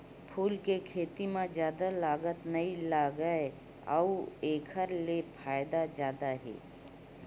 फूल के खेती म जादा लागत नइ लागय अउ एखर ले फायदा जादा हे